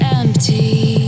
empty